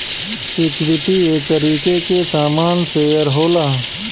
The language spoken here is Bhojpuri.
इक्वीटी एक तरीके के सामान शेअर होला